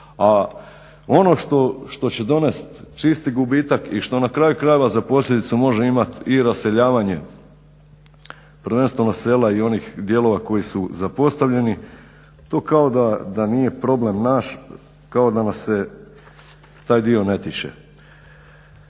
a ono što će donijeti čisti gubitak i što na kraju krajeva za posljedicu može imati i raseljavanje prvenstveno sela i onih dijelova koji su zapostavljeni to kao da nije problem naš, kao da nas se taj dio ne tiče.